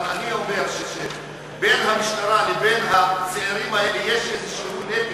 אבל אני אומר שבין המשטרה לבין הצעירים האלה יש איזשהו נתק,